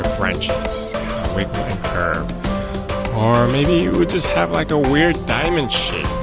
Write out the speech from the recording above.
branches. we put a curve or maybe we'll just have like a weird diamond shape